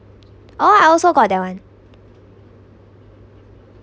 oh I also got that one